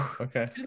okay